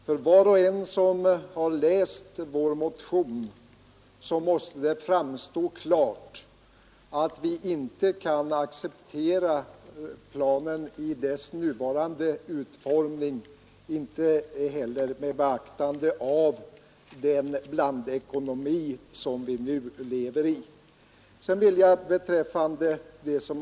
För var och en som läst vår motion måste det framstå klart att vi inte kan acceptera planen i dess nuvarande utformning, inte ens med beaktande av den nuvarande blandekomomin.